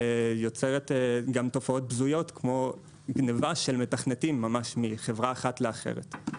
יוצרת גם תופעות בזויות כמו גניבה של מתכנתים ממש מחברה אחת לאחרת.